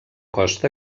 costa